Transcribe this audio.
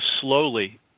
slowly